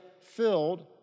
filled